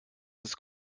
ist